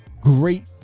great